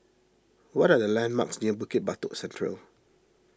what are the landmarks near Bukit Batok Central